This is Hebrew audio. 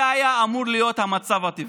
זה היה אמור להיות המצב הטבעי,